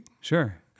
Sure